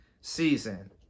season